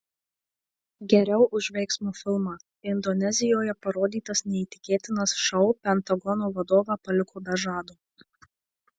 geriau už veiksmo filmą indonezijoje parodytas neįtikėtinas šou pentagono vadovą paliko be žado